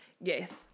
yes